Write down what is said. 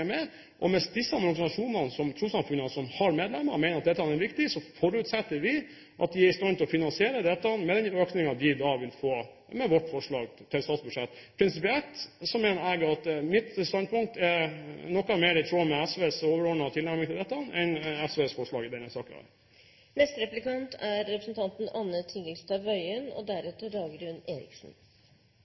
viktig, forutsetter vi at de er i stand til å finansiere dette med den økningen de da vil få med vårt forslag til statsbudsjett. Prinsipielt mener jeg at mitt standpunkt er noe mer i tråd med SVs overordnede tilnærming til dette enn SVs forslag i denne saken. Det er jo litt vanskelig å sammenlikne budsjettforslag krone for krone, men Fremskrittspartiet gjør jo noen bevisste kutt. Foruten de vanlige skattekuttene og